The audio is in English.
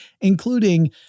including